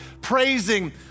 praising